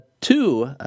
two